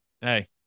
hey